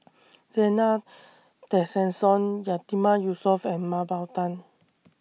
Zena Tessensohn Yatiman Yusof and Mah Bow Tan